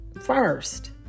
first